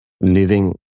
living